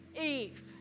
Eve